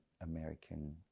American